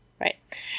right